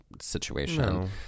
situation